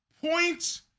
point